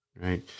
Right